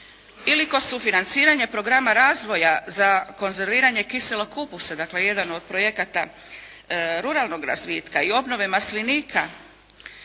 Ili kod sufinanciranja programa razvoja za konzerviranje kiselog kupusa dakle, jedan od projekata ruralnog razvitka i obnove maslinika,